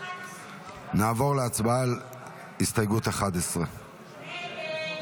11. נעבור להצבעה על הסתייגות 11. הסתייגות 11